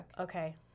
Okay